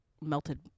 melted